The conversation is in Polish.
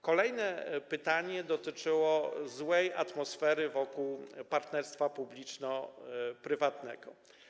Kolejne pytanie dotyczyło złej atmosfery wokół partnerstwa publiczno-prywatnego.